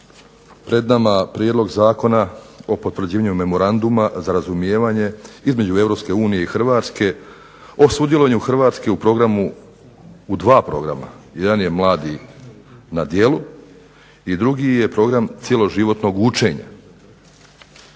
pred nama prijedlog Zakona o potvrđivanju memoranduma za razumijevanje između Europske unije i Hrvatske, o sudjelovanju Hrvatske u programu, u dva programa. Jedan je mladi na djelu i drugi je Program cjeloživotnog učenja